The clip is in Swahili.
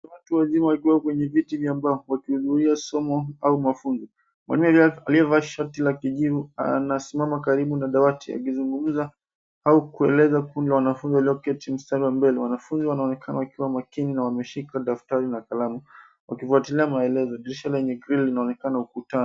Watu wazima wakiwa kwenye viti vya mbao wakifuatilia somo au mafunzo, Mwalimu aliyevaa shati la kijivu anasimama karibu na dawati akizungumza au kueleza kule wanafunzi walioketi mstari wa mbele, wanafunzi wanaonekana wakiwa makini na wameshika daftari na kalamu wakifuatilia maelezo dirisha lenye grili inaonekana ukutani.